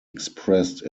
expressed